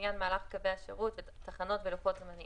אחוזי התחלואה בירושלים הם אחוזים משמעותיים,